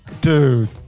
Dude